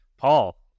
Paul